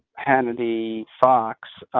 hannity, fox,